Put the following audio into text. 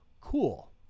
Cool